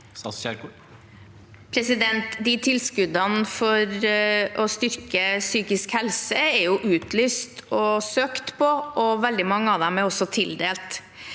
Tilskuddene for å styrke psykisk helse er utlyst og søkt på, og veldig mange av dem er også tildelt.